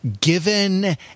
given